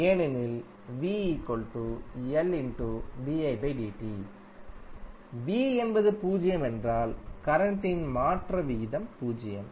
ஏனெனில் v என்பது பூஜ்ஜியம் என்றால் கரண்ட் இன் மாற்ற விகிதம் பூஜ்ஜியம்